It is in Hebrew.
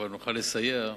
אבל נוכל לסייע,